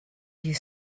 you